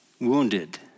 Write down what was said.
wounded